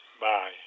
Bye